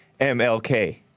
MLK